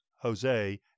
Jose